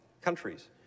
countries